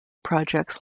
projects